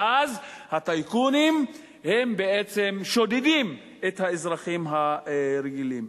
ואז הטייקונים בעצם שודדים את האזרחים הרגילים.